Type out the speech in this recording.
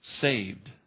saved